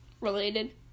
related